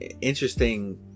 interesting